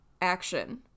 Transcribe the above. action